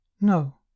No